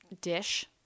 dish